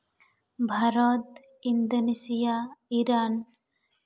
Bharat Indonesia Iran